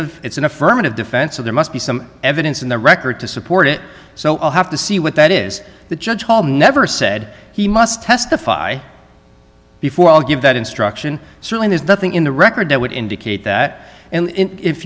e it's an affirmative defense of there must be some evidence in the record to support it so i'll have to see what that is the judge paul never said he must testify before i'll give that instruction certain is nothing in the record that would indicate that and if